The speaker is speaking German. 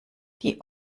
die